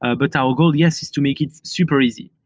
ah but our goal, yes, is to make it super easy.